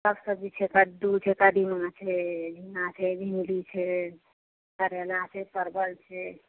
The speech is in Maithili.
सभ सब्जी छै कद्दू छै कदीमा छै झिङ्गा छै भिण्डी छै करेला छै परवल छै